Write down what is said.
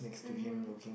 mmhmm